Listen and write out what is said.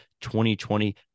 2020